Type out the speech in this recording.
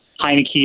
Heineke